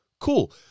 Cool